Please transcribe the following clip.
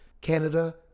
Canada